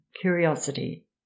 curiosity